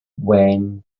when